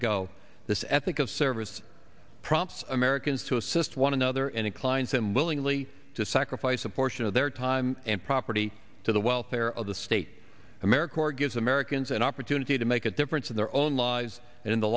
ago this ethic of service prompts americans to assist one another in a clients and willingly to sacrifice a portion of their time and property to the welfare of the state america or gives americans an opportunity to make a difference in their own lives in the